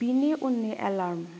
बिनि उननि एलार्म